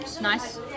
nice